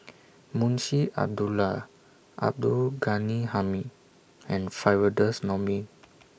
Munshi Abdullah Abdul Ghani Hamid and Firdaus Nordin